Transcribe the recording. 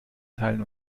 teilen